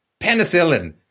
Penicillin